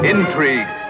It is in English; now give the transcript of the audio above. Intrigue